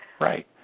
Right